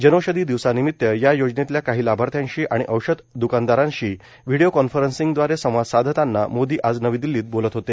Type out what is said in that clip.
जनौषधी दिवसा निमित्त या योजनेतल्या काही लाभार्थ्यांशी आणि औषध द्कानदारांशी व्हिडिओ कॉन्फरन्सिंग दवारे संवाद साधताना मोदी आज नवी दिल्लीत बोलत होते